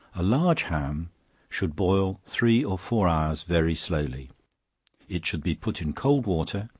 a large ham should boil three or four hours very slowly it should be put in cold water,